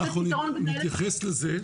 אנחנו נתייחס לזה.